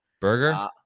burger